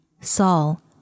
Saul